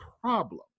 problem